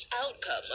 outcome